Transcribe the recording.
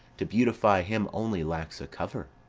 to beautify him only lacks a cover.